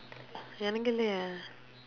எனக்கு இல்லையே:enakku illaiyee